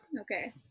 Okay